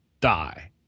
die